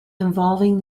involving